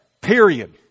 Period